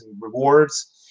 rewards